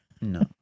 No